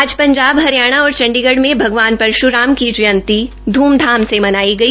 आज पंजाब हरियाणा और चण्डीगढ में भगवान परश्राम की जयंती ध्रम धाम से मनाई गई